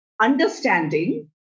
understanding